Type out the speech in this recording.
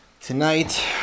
tonight